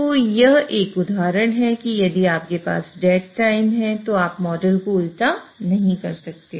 तो यह एक उदाहरण है कि यदि आपके पास डेड टाइम है तो आप मॉडल को उल्टा नहीं कर सकते